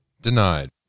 denied